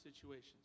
situations